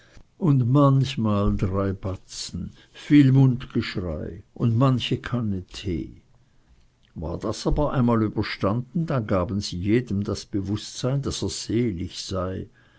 und manchmal drei batzen viel mundgeschrei und manche kanne tee war das aber einmal überstanden dann gaben sie jedem das bewußtsein daß er selig sei